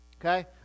okay